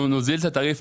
אנחנו נוזיל את התעריף,